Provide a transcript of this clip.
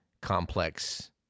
complex